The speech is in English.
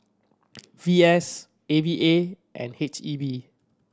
V S A V A and H E B